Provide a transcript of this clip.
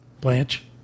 Blanche